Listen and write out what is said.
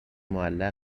معلق